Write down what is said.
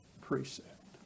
precept